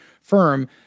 firm –